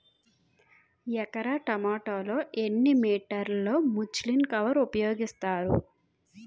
ఎకర టొమాటో లో ఎన్ని మీటర్ లో ముచ్లిన్ కవర్ ఉపయోగిస్తారు?